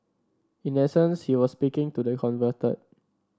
in essence he was speaking to the converted